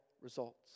results